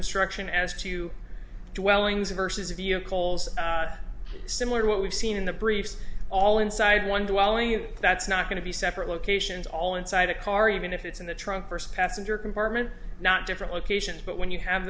instruction as to the wellings verses of the coals similar to what we've seen in the briefs all inside one dwelling that's not going to be separate locations all inside the car even if it's in the trunk first passenger compartment not different locations but when you have